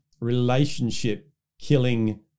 relationship-killing